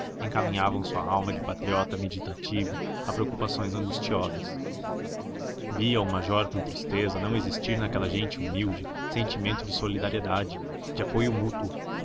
encaminhavam sua alma de patriota meditativo a preocupações angustiosas via o major com tristeza não existir naquela gente humilde sentimento de solidariedade de apoio mútuo